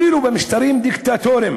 אפילו במשטרים דיקטטוריים